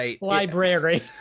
library